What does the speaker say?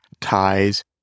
ties